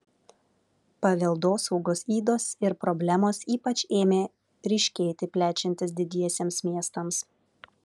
paveldosaugos ydos ir problemos ypač ėmė ryškėti plečiantis didiesiems miestams